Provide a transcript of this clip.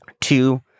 Two